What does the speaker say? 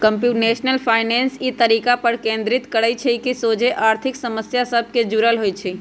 computational finance इ तरीका पर केन्द्रित करइ छइ जे सोझे आर्थिक समस्या सभ से जुड़ल होइ छइ